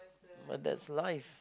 but that's life